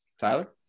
Tyler